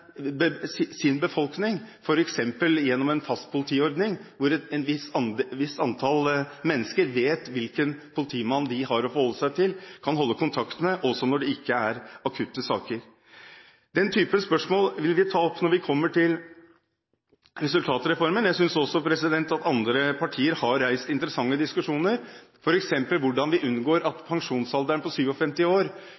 sin befolkning, f.eks. gjennom en fastpolitiordning, hvor et visst antall mennesker vet hvilken politimann de har å forholde seg til og kan holde kontakt med, også når det ikke er akutte saker. Denne typen spørsmål vil vi ta opp når vi kommer til resultatreformen. Jeg synes også at andre partier har reist interessante diskusjoner, for eksempel hvordan vi unngår at